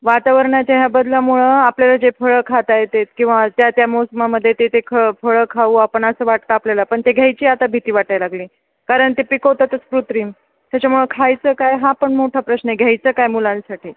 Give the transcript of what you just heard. वातावरणाच्या ह्या बदलामुळं आपल्याला जे फळं खाता येतात किंवा त्या त्या मोसमामध्ये ते ते ख फळं खाऊ आपण असं वाटतं आपल्याला पण ते घ्यायची आता भीती वाटाय लागली कारण ते पिकवतातच कृत्रिम त्याच्यामुळं खायचं काय हा पण मोठा प्रश्न घ्यायचं काय मुलांसाठी